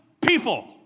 people